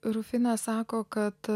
rufina sako kad